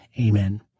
Amen